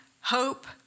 hope